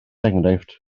enghraifft